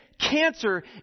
cancer